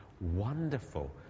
wonderful